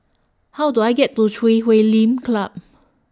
How Do I get to Chui Huay Lim Club